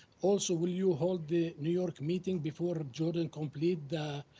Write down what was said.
also, will you hold the new york meeting before ah jordan complete the